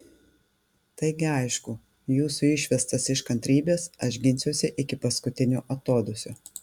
taigi aišku jūsų išvestas iš kantrybės aš ginsiuosi iki paskutinio atodūsio